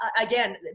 again